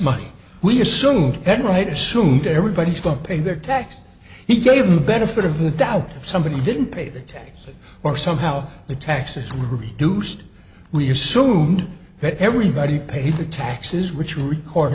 money we assumed every right assumed everybody's going to pay their taxes he gave them the benefit of the doubt if somebody didn't pay the taxes or somehow the taxes reduced we assume that everybody pays the taxes which record